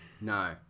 No